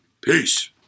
Peace